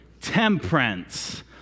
Temperance